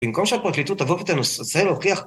במקום שהפרקליטות תבוא ותנסה להוכיח.